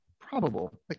probable